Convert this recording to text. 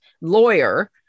lawyer